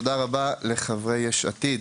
תודה רבה לחברי יש עתיד.